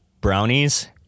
brownies